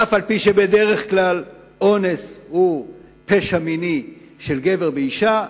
אף-על-פי שבדרך כלל אונס הוא פשע מיני של גבר באשה,